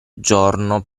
giorno